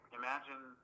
imagine